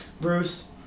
Bruce